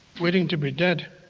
waiting to be dead.